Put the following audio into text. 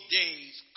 days